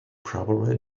probably